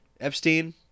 Epstein